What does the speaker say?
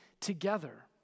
together